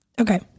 okay